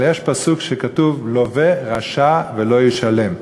אבל יש פסוק, כתוב: "לוֶֹה רשע ולא ישלם".